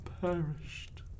perished